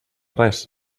res